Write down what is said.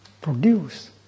produce